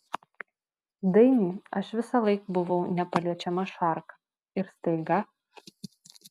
dainiui aš visąlaik buvau nepaliečiama šarka ir staiga